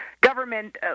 government